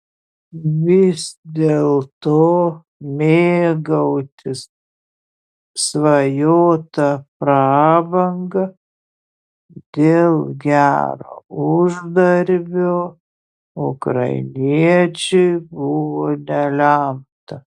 vis dėlto mėgautis svajota prabanga dėl gero uždarbio ukrainiečiui buvo nelemta